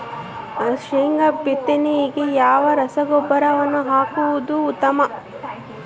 ಶೇಂಗಾ ಬಿತ್ತನೆಗೆ ಯಾವ ರಸಗೊಬ್ಬರವನ್ನು ಹಾಕುವುದು ಉತ್ತಮ?